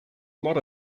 lot